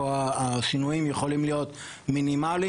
פה השינויים יכולים להיות מינימליים,